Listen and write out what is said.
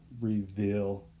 reveal